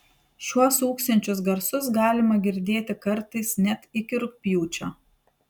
šiuos ūksinčius garsus galima girdėti kartais net iki rugpjūčio